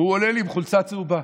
והוא עולה לי עם חולצה צהובה.